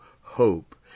hope